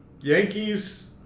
Yankees